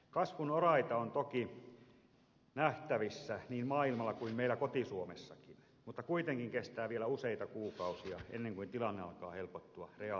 kasvun oraita on toki nähtävissä niin maailmalla kuin meillä koti suomessakin mutta kuitenkin kestää vielä useita kuukausia ennen kuin tilanne alkaa helpottua reaalitaloudessa